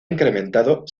incrementado